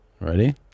Ready